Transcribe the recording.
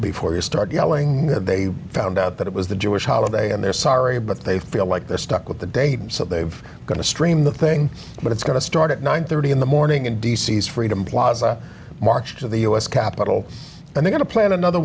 before you start yelling that they found out that it was the jewish holiday and they're sorry but they feel like they're stuck with the date so they've got to stream the thing but it's going to start at nine thirty in the morning and d c s freedom plaza march to the u s capitol and they got to plan another